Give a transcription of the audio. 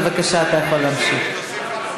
בבקשה, אתה יכול להמשיך.